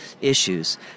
issues